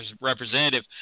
representative